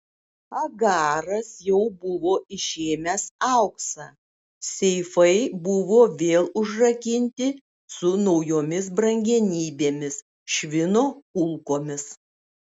agaras jau buvo išėmęs auksą seifai buvo vėl užrakinti su naujomis brangenybėmis švino kulkomis